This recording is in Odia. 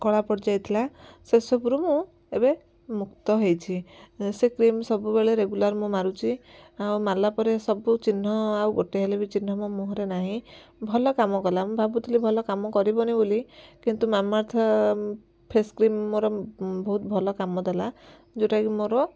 କଳା ପଡ଼ିଯାଇଥିଲା ସେସବୁରୁ ମୁଁ ଏବେ ମୁକ୍ତ ହେଇଛି ସେ କ୍ରିମ ସବୁବେଳେ ରେଗୁଲାର ମୁଁ ମାରୁଛି ଆଉ ମାରିଲା ପରେ ସବୁ ଚିହ୍ନ ଆଉ ଗୋଟେ ହେଲେ ବି ଚିହ୍ନ ମୋ ମୁହଁରେ ନାହିଁ ଭଲ କାମ କଲା ମୁଁ ଭାବୁଥିଲି ଭଲ କାମ କରିବନି ବୋଲି କିନ୍ତୁ ମାମଆର୍ଥ ଫେସ କ୍ରିମ ମୋର ବହୁତ ଭଲ କାମଦେଲା ଯେଉଁଟାକି ମୋର